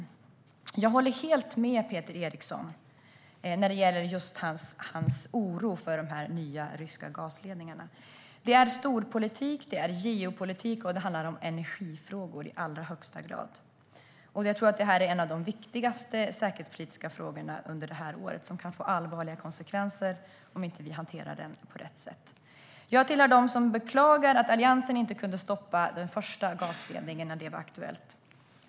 Jag håller helt med Peter Eriksson i hans oro för de nya ryska gasledningarna. Det är storpolitik. Det är geopolitik, och det handlar i allra högsta grad om energifrågor. Jag tror att detta är en av de viktigaste säkerhetspolitiska frågorna under det här året, som kan få allvarliga konsekvenser om vi inte hanterar den på rätt sätt. Jag tillhör dem som beklagar att Alliansen inte kunde stoppa den första gasledningen när den var aktuell.